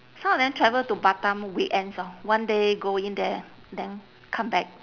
some of them travel to batam weekends orh one day go in there then come back